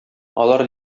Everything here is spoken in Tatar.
алар